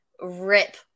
rip